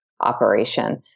operation